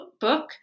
book